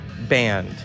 band